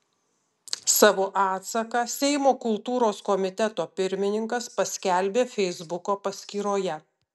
savo atsaką seimo kultūros komiteto pirmininkas paskelbė feisbuko paskyroje